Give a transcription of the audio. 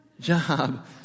job